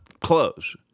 close